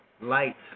Light